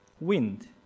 wind